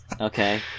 okay